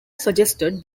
suggested